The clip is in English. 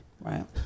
Right